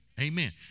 Amen